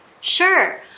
Sure